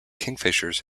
kingfishers